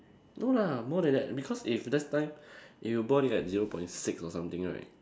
no lah more than that because if last time if you bought it at zero point six or something right